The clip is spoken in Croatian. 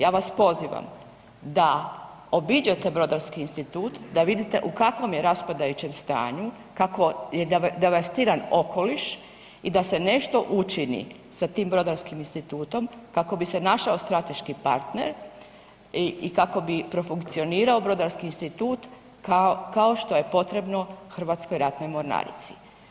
Ja vas pozivam da obiđete Brodarski institut da vidite u kakvom je raspadajućem stanju kako je devastiran okoliš i da se nešto učini sa tim Brodarskim institutom kako bi se našao strateški partner i kako bi profunkcionirao Brodarski institut kao što je potrebno Hrvatskoj ratnoj mornarici.